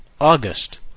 August